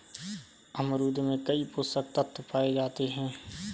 अमरूद में कई पोषक तत्व पाए जाते हैं